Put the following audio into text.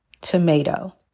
tomato